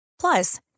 Plus